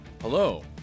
Hello